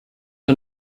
der